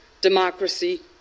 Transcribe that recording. democracy